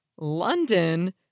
London